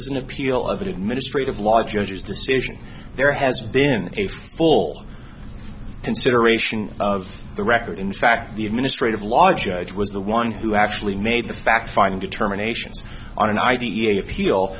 is an appeal of administrative law judges decision there has been a full consideration of the record in fact the administrative law judge was the one who actually made the fact finding determinations on an id a appeal